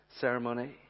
ceremony